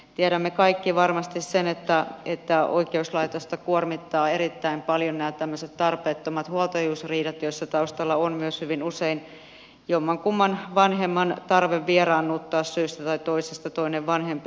tiedämme kaikki varmasti sen että oikeuslaitosta kuormittavat erittäin paljon nämä tämmöiset tarpeettomat huoltajuusriidat joissa taustalla on hyvin usein jommankumman vanhemman tarve vieraannuttaa syystä tai toisesta toinen vanhempi lapsesta